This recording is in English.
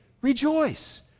rejoice